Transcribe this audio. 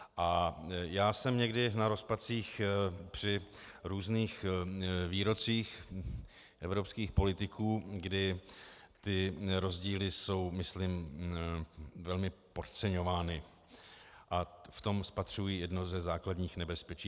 A já jsem někdy na rozpacích při různých výrocích evropských politiků, kdy ty rozdíly jsou myslím velmi podceňovány, a v tom spatřuji jedno ze základních nebezpečí.